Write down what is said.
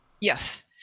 Yes